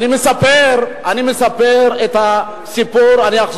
אם המדינה רוצה לפתח את הנגב ואת הגליל,